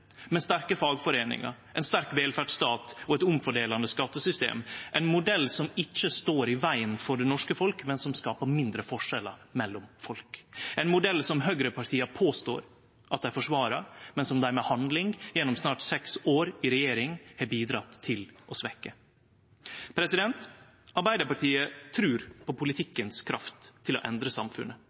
med sterke fagforeiningar, ein sterk velferdsstat og eit omfordelande skattesystem. Det er ein modell som ikkje står i vegen for det norske folk, men som skapar mindre forskjellar mellom folk, ein modell som høgrepartia påstår at dei forsvarar, men som dei med handling gjennom snart seks år i regjering har bidratt til å svekkje. Arbeidarpartiet trur på politikkens kraft til å endre samfunnet.